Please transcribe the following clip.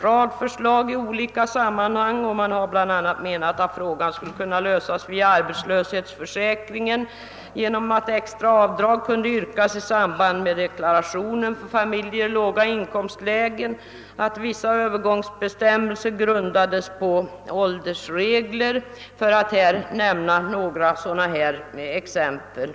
framförts i olika sammanhang. Man har bl.a. menat att frågan skulle kunna lösas via arbetslöshetsförsäkringen genom att extra avdrag kunde yrkas i samband med inkomstdeklarationen för familjer i låginkomstlägen och att vissa övergångsbestämmelser kunde grundas på åldersregler — för att nämna några exempel.